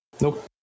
Nope